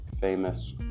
famous